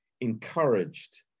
encouraged